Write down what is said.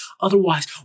Otherwise